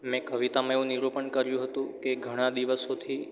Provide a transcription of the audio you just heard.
મેં કવિતામાં એવું નિરૂપણ કર્યું હતું કે ઘણા દિવસોથી